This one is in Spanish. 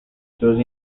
sus